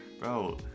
Bro